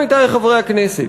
עמיתי חברי הכנסת,